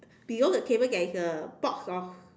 below the table there is a box of